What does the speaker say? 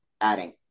adding